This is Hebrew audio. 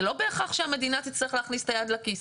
זה לא בהכרח שהמדינה תצטרך להכניס את היד לכיס.